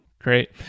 Great